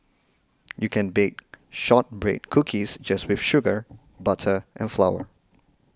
you can bake Shortbread Cookies just with sugar butter and flour